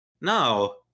No